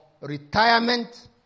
retirement